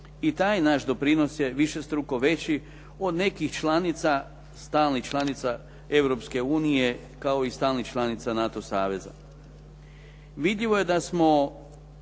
i taj naš doprinos je višestruko veći od nekih članica, stalnih članica Europske unije kao i stalnih članica NATO saveza. Vidljivo je da smo